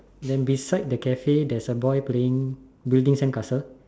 then beside the Cafe there's a boy playing building sandcastle